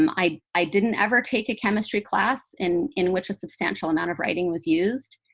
um i i didn't ever take a chemistry class in in which a substantial amount of writing was used.